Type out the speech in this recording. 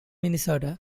minnesota